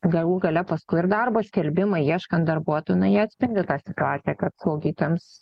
galų gale paskui ir darbo skelbimai ieškant darbuotojų na jie atspindi tą situaciją kad slaugytojams